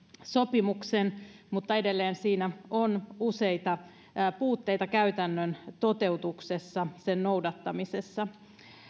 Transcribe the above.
sopimuksen mutta edelleen siinä on useita puutteita käytännön toteutuksessa sen noudattamisessa